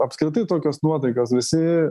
apskritai tokios nuotaikos visi